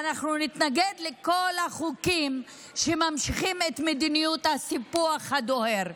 ואנחנו נתנגד לכל החוקים שממשיכים את מדיניות הסיפוח הדוהר.